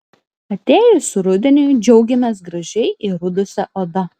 atėjus rudeniui džiaugiamės gražiai įrudusia oda